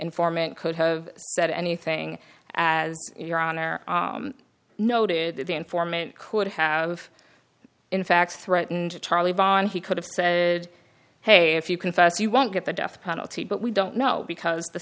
informant could have said anything as your honor noted that the informant could have in fact threatened charlie bond he could have said hey if you confess you won't get the death penalty but we don't know because the